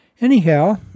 Anyhow